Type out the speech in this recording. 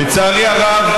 לצערי הרב,